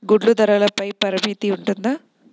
గుడ్లు ధరల పై పరిమితి ఉంటుందా?